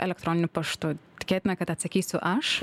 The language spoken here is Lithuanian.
elektroniniu paštu tikėtina kad atsakysiu aš